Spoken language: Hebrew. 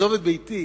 לעזוב את ביתי,